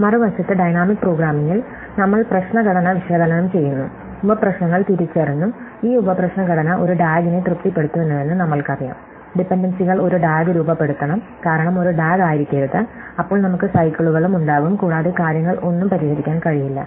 മറുവശത്ത് ഡൈനാമിക് പ്രോഗ്രാമിംഗിൽ നമ്മൾ പ്രശ്നഘടന വിശകലനം ചെയ്യുന്നു ഉപ പ്രശ്നങ്ങൾ തിരിച്ചറിഞ്ഞു ഈ ഉപപ്രശ്ന ഘടന ഒരു ഡാഗിനെ തൃപ്തിപ്പെടുത്തുന്നുവെന്ന് നമ്മൾക്കറിയാം ഡിപൻഡൻസികൾ ഒരു ഡാഗ് രൂപപ്പെടുത്തണം കാരണം ഒരു ഡാഗ് ആയിരിക്കരുത് അപ്പോൾ നമുക്ക് സൈക്കിളുകളും ഉണ്ടാകും കൂടാതെ കാര്യങ്ങൾ ഒന്നും പരിഹരിക്കാൻ കഴിയില്ല